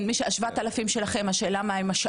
מה עם השאר?